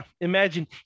Imagine